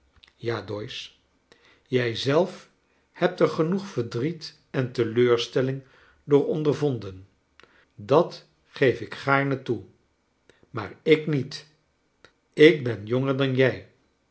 doyce jij zelf hebt er genoeg verdriet en teleurstelling door ondervonden dat geef ik gaarne toe maar ik niet ik ben jonger dan jij